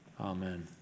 Amen